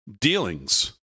dealings